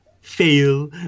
Fail